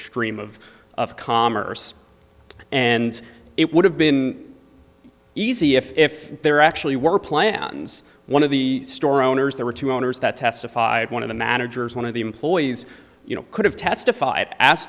stream of of commerce and it would have been easy if there actually were plans one of the store owners there were two owners that testified one of the managers one of the employees could have testified as